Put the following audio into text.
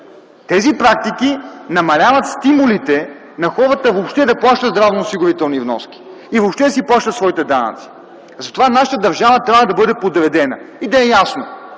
Тези практики намаляват стимулите на хората въобще да плащат здравноосигурителните вноски, и въобще да плащат своите данъци. Затова нашата държава трябва да бъде подредена и да е ясно: